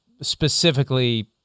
specifically